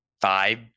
five